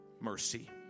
mercy